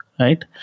right